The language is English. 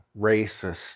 racist